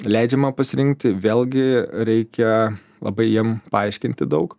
leidžiama pasirinkti vėlgi reikia labai jiem paaiškinti daug